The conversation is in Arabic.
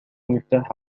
مفتاح